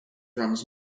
runs